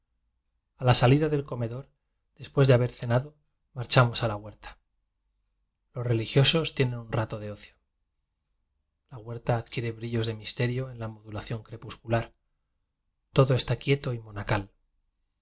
la salida del comedor después de haber cenado marchamos a la huerta los religio sos tienen un rato de ocio la huerta ad quiere brillos de misterio en la modulación crepuscular todo está quieto y monacal